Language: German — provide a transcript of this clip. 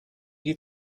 die